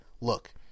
look